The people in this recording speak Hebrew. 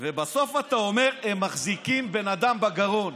ובסוף אתה אומר: הם מחזיקים בן אדם בגרון.